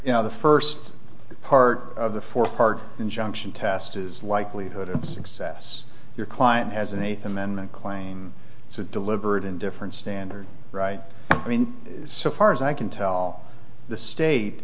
you know the first part of the fourth part injunction test is likelihood of success your client has an eighth amendment claim it's a deliberate indifference standard right i mean so far as i can tell the state